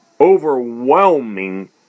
Overwhelming